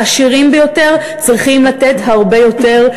העשירים ביותר צריכים לתת הרבה יותר,